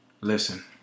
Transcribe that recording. Listen